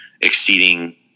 exceeding